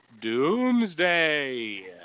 Doomsday